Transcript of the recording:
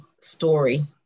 story